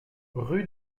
rue